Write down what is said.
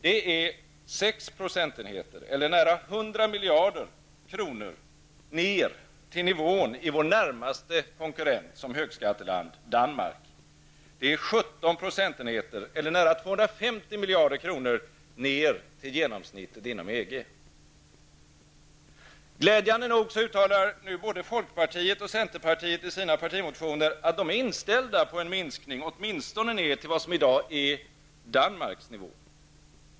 Det behövs en sänkning med 6 procentenheter, eller med nära 100 miljarder kronor, för att vi skall komma ner till samma nivå som gäller för vår närmaste konkurrent som högskatteland, Danmark, och med 17 procentenheter, eller med nära 250 miljarder kronor, för att vi skall komma ner till genomsnittet inom EG. Glädjande nog uttalar man nu i både folkpartiet och centerpartiet i sina partimotioner att man är inställd på en minskning, åtminstone ned till vad som i dag är Danmarks nivå.